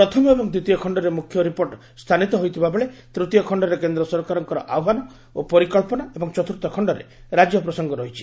ପ୍ରଥମ ଏବଂ ଦ୍ୱିତୀୟ ଖଣ୍ଡରେ ମୁଖ୍ୟ ରିପୋର୍ଟ ସ୍ଥାନିତ ହୋଇଥିବା ବେଳେ ତୂତୀୟ ଖଣ୍ଡରେ କେନ୍ଦ୍ର ସରକାରଙ୍କ ଆହ୍ୱାନ ଓ ପରିକଳ୍ପନା ଏବଂ ଚତୁର୍ଥ ଖଣ୍ଡରେ ରାଜ୍ୟ ପ୍ରସଙ୍ଗ ରହିଛି